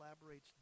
elaborates